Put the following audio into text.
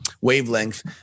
wavelength